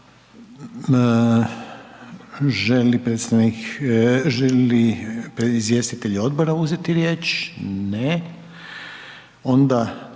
li predstavnik, želi li izvjestitelji odbora uzeti riječ? Ne, onda